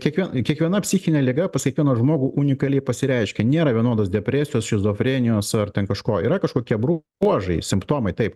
kiekvien kiekviena psichinė liga pas kiekvieną žmogų unikaliai pasireiškia nėra vienodos depresijos šizofrenijos ar ten kažko yra kažkokie bruožai simptomai taip